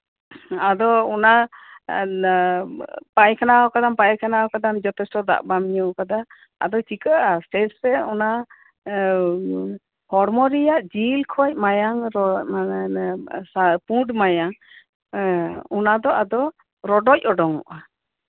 ᱛᱳ ᱟᱫᱚ ᱚᱱᱟ ᱯᱟᱭᱠᱷᱟᱱᱟ ᱠᱟᱫᱟᱢ ᱯᱟᱭᱠᱷᱟᱱᱟ ᱪᱟᱞᱟᱣ ᱠᱟᱱᱟᱢ ᱡᱚᱛᱷᱮᱥᱴᱚ ᱫᱟᱜ ᱵᱟᱢ ᱧᱩ ᱠᱟᱫᱟ ᱟᱫᱚ ᱪᱤᱠᱟᱹᱜᱼᱟ ᱟᱥᱛᱮ ᱟᱥᱛᱮ ᱚᱱᱟ ᱦᱚᱲᱢᱚ ᱨᱮᱭᱟᱜ ᱡᱤᱞ ᱠᱷᱚᱡ ᱢᱟᱭᱟᱝ ᱯᱩᱰ ᱢᱟᱭᱟᱢ ᱚᱱᱟ ᱫᱚ ᱟᱫᱚ ᱨᱚᱰᱚᱪ ᱩᱰᱩᱠᱚᱜᱼᱟ